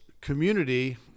community